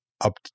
up